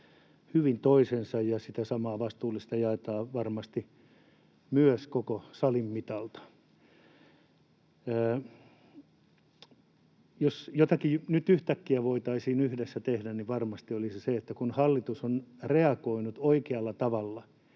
hyvin toisensa ja sitä samaa vastuullisuutta jaetaan varmasti myös koko salin mitalta. Jos jotakin nyt yhtäkkiä voitaisiin yhdessä tehdä, niin varmasti se olisi se, että kun hallitus on reagoinut oikealla tavalla